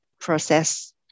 process